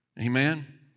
Amen